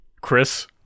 Chris